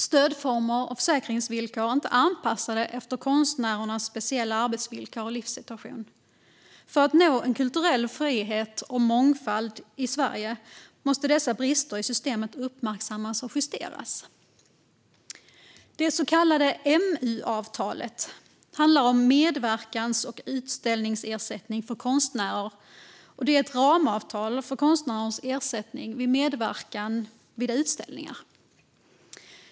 Stödformer och försäkringsvillkor är inte anpassade efter konstnärernas speciella arbetsvillkor och livssituation. För att man ska kunna nå en kulturell frihet och mångfald i Sverige måste dessa brister i systemet uppmärksammas och justeras. Det så kallade MU-avtalet handlar om medverkans och utställningsersättning för konstnärer. Det är ett ramavtal för konstnärers ersättning för medverkan vid utställningar.